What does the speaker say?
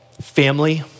Family